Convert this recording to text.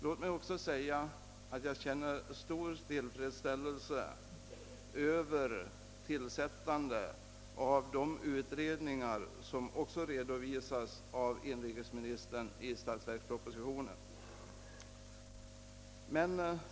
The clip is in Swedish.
Jag känner också stor tillfredsställelse över tillsättandet av de utredningar som inrikesministern redogör för i statsverkspropositionen.